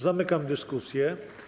Zamykam dyskusję.